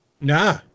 Nah